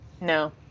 No